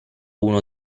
uno